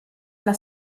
alla